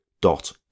dot